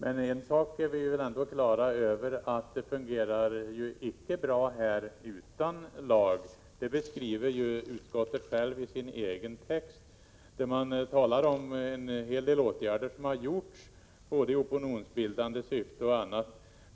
Men en sak är vi ju ändå på det klara med, nämligen att det inte fungerar utan en lag. Det skriver ju utskottet i betänkandet. Utskottet talar om en hel del åtgärder som har vidtagits i opinionsbildande syfte och på annat sätt.